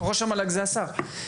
ראש המל"ג זה השר.